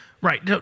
Right